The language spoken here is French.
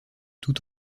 tout